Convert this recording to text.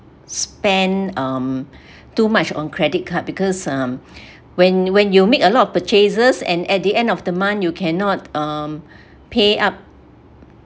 spend um too much on credit card because um when when you make a lot of purchases and at the end of the month you cannot um pay up